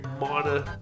minor